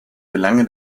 belange